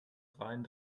rein